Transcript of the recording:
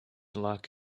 luck